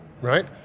right